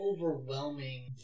overwhelming